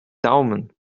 daumen